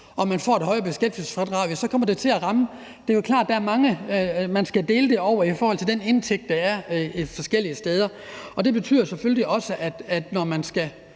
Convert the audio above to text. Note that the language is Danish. og man får et højere beskæftigelsesfradrag, kommer det til at ramme. Det er jo klart; der er mange, man skal dele det over i forhold til den indtægt, der er forskellige steder. Det betyder selvfølgelig også, at når man skal,